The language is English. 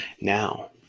Now